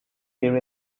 here